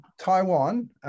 Taiwan